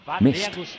missed